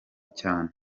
cyane